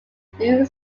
blue